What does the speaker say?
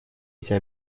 эти